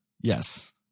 Yes